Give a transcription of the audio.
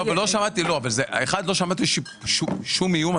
לא שמעתי שום איום.